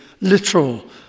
literal